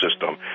system